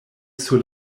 sur